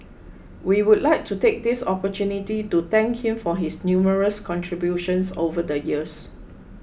we would like to take this opportunity to thank him for his numerous contributions over the years